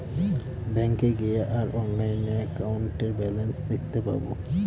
ব্যাঙ্কে গিয়ে আর অনলাইনে একাউন্টের ব্যালান্স দেখতে পাবো